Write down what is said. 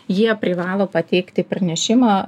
jie privalo pateikti pranešimą